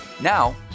Now